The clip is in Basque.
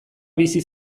bizi